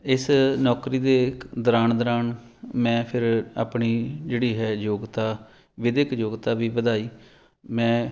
ਇਸ ਨੌਕਰੀ ਦੇ ਦੌਰਾਨ ਦੌਰਾਨ ਮੈਂ ਫਿਰ ਆਪਣੀ ਜਿਹੜੀ ਹੈ ਯੋਗਤਾ ਵਿੱਦਿਅਕ ਯੋਗਤਾ ਵੀ ਵਧਾਈ ਮੈਂ